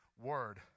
word